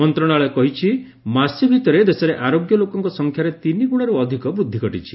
ମନ୍ତ୍ରଣାଳୟ କହିଛି ମାସେ ଭିତରେ ଦେଶରେ ଆରୋଗ୍ୟ ଲୋକଙ୍କ ସଂଖ୍ୟାରେ ତିନିଗୁଣାରୁ ଅଧିକ ବୃଦ୍ଧି ଘଟିଛି